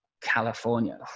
California